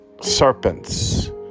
serpents